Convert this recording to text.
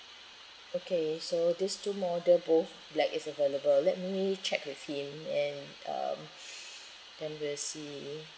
okay so these two model both black is available let me check with him and uh then we'll see